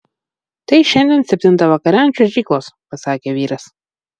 tai šiandien septintą vakare ant čiuožyklos pasakė vyras